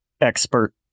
expert